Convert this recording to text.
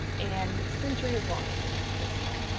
and century of law making is here.